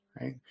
right